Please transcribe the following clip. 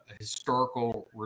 historical